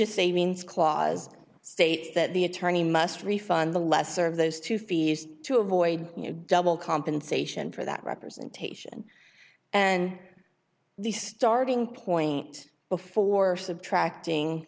means clause states that the attorney must refund the lesser of those to feel used to avoid double compensation for that representation and the starting point before subtracting